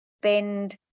bend